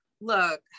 Look